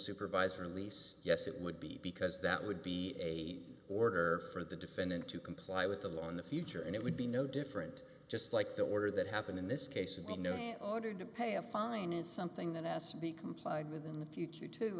supervised release yes it would be because that would be a order for the defendant to comply with the law in the future and it would be no different just like the order that happened in this case and not knowing that ordered to pay a fine is something that has to be complied with in the future to